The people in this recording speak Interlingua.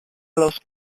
los